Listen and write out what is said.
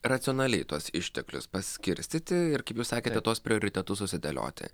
racionaliai tuos išteklius paskirstyti ir kaip jūs sakėte tuos prioritetus susidėlioti